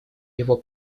его